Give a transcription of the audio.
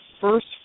first